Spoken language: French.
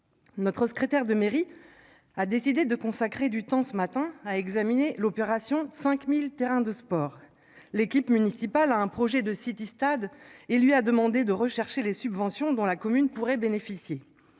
Notre secrétaire de mairie a décidé de consacrer du temps ce matin à examiner l'opération 5000 terrains de sport. L'équipe municipale à un projet de City stade et lui a demandé de rechercher les subventions dans la commune pourrait bénéficier